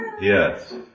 Yes